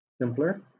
simpler